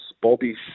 Bobby's